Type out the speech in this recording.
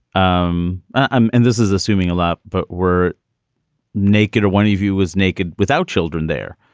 um um and this is assuming a lot. but were naked or one of you was naked without children there.